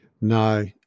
No